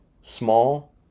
small